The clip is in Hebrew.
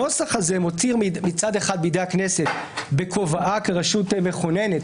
הנוסח הזה מותיר מצד אחד בידי הכנסת בכובע כרשות מכוננת,